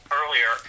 earlier